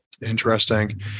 Interesting